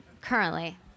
Currently